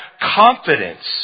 confidence